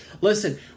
listen